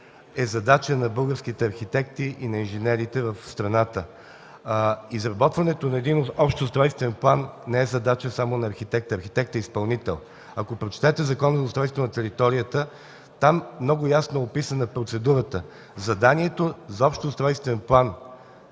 е задача на българските архитекти и на инженерите в страната. Изработването на общ устройствен план не е задача само на архитекта. Той е изпълнител. Ако прочетете Закона за устройство на територията, там много ясно е описана процедурата – изработването на заданието на общ устройствен план